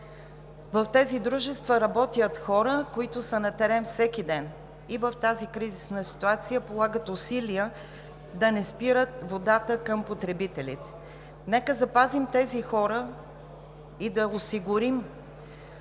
В тези дружества работят хора, които са на терен всеки ден и в тази кризисна ситуация полагат усилия да не спират водата към потребителите. Нека запазим тези хора и да осигурим